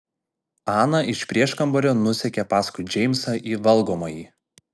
ana iš prieškambario nusekė paskui džeimsą į valgomąjį